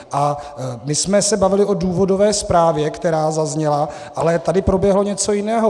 My jsme se bavili o důvodové zprávě, která zazněla, ale tady proběhlo něco jiného.